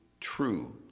true